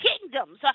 kingdoms